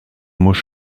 muss